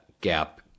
gap